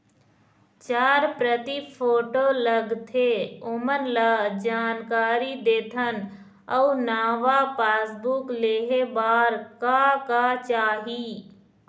चार प्रति फोटो लगथे ओमन ला जानकारी देथन अऊ नावा पासबुक लेहे बार का का चाही?